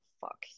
fuck